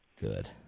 Good